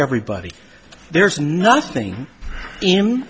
everybody there's nothing in